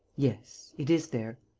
yes, it is there,